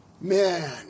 Man